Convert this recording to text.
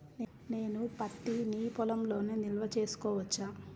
నేను పత్తి నీ పొలంలోనే నిల్వ చేసుకోవచ్చా?